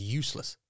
useless